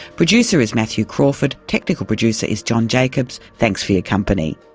producer is matthew crawford, technical producer is john jacobs. thanks for your company